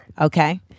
Okay